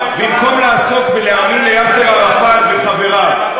במקום לעסוק בלהאמין ליאסר ערפאת וחבריו,